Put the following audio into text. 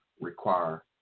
require